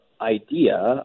idea